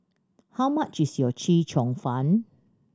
how much is your Chee Cheong Fun